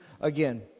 again